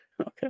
Okay